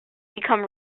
become